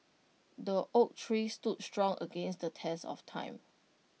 the oak tree stood strong against the test of time